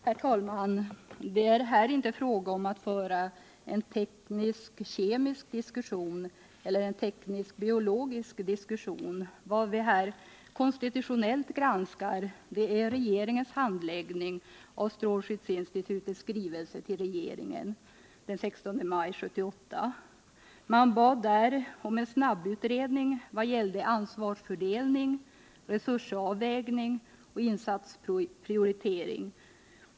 Herr talman! Det är här inte fråga om att föra en teknisk-kemisk eller en teknisk-biologisk diskussion. Vad vi konstitutionellt granskar är regeringens handläggning av strålskyddsinstitutets skrivelse den 16 maj 1978. Man bad där om en snabbutredning vad gäller ansvarsfördelning, resursavvägning och insatsprioritering.